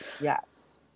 Yes